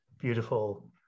beautiful